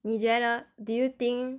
你觉得 do you think